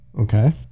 Okay